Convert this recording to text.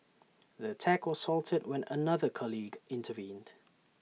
the attack was halted when another colleague intervened